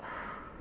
!hais!